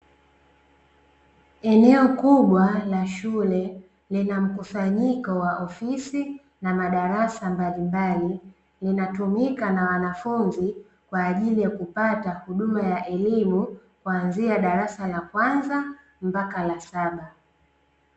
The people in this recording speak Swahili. Eneo kubwa la shule lina mkusanyiko wa ofisi na madarasa mbalimbali linatumika na wanafunzi kwa ajili ya kupata huduma ya elimu kuanzia darasa la kwanza mpaka la saba